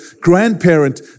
grandparent